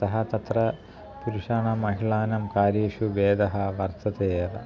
अतः तत्र पुरुषाणां महिलानां कार्येषु भेदः वर्तते एव